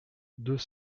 deux